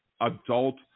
adult